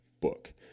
book